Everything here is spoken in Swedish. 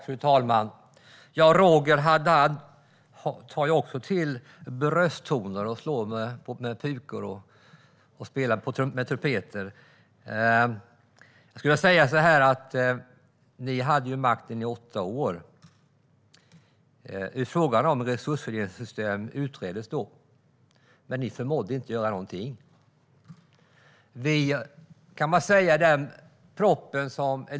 Fru talman! Roger Haddad tar också till brösttoner och pukor och trumpeter. Jag skulle vilja säga så här: Ni hade makten i åtta år. Frågan om resursfördelningssystem utreddes då, men ni förmådde inte att göra någonting.